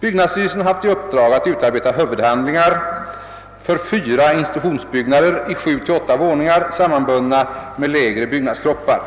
Byggnadsstyrelsen har haft i uppdrag att utarbeta huvudhandlingar för fyra institutionsbyggnader i sju till åtta våningar sammanbundna med lägre byggnadskroppar.